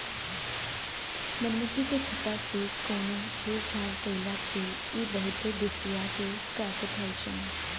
मधुमक्खी के छत्ता से कवनो छेड़छाड़ कईला पे इ बहुते गुस्सिया के काटत हई सन